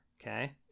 Okay